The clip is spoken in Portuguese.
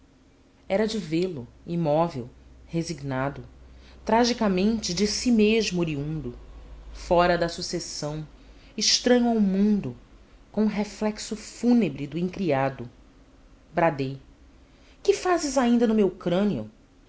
era de vê-lo imóvel resignado tragicamente de si mesmo oriundo fora da sucessão estranho ao mundo com o reflexo fúnebre do incriado bradei que fazes ainda no meu crânio